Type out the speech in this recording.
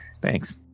Thanks